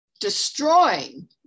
destroying